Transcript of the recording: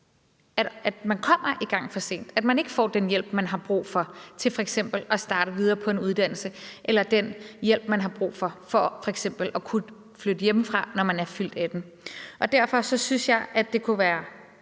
at man jo kommer i gang for sent, og at man ikke får den hjælp, man har brug for til at komme videre og f.eks. starte på en uddannelse, eller ikke får den hjælp, man har brug for til f.eks. at kunne flytte hjemmefra, når man er fyldt 18 år. Derfor synes jeg, det kunne være